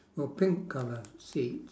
well pink colour seats